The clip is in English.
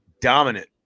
dominant